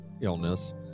illness